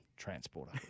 transporter